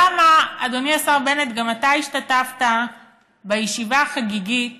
אדוני השר בנט, גם אתה השתתפת בישיבה החגיגית